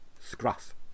Scruff